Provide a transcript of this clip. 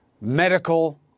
medical